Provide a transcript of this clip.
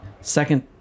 second